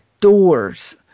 doors